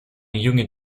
junge